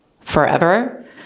Forever